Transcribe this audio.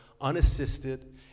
unassisted